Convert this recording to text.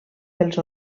pels